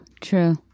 true